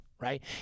right